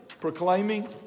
proclaiming